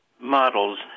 models